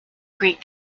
greet